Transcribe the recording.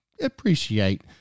appreciate